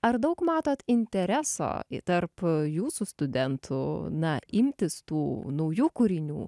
ar daug matot intereso tarp jūsų studentų na imtis tų naujų kūrinių